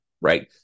right